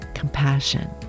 compassion